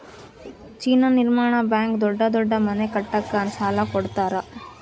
China ನಿರ್ಮಾಣ bank ದೊಡ್ಡ ದೊಡ್ಡ ಮನೆ ಕಟ್ಟಕ ಸಾಲ ಕೋಡತರಾ